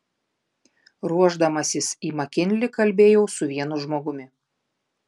ruošdamasis į makinlį kalbėjau su vienu žmogumi